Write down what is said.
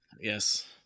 Yes